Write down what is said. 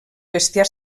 bestiar